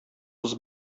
кыз